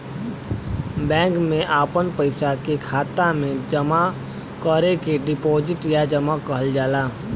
bank मे आपन पइसा के खाता मे जमा करे के डीपोसिट या जमा कहल जाला